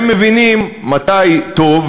הם מבינים מתי טוב,